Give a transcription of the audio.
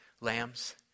lambs